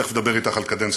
תכף אני אדבר אתך על קדנציות.